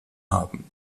haben